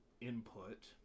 input